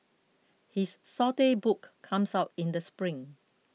his saute book comes out in the spring